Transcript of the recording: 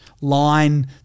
line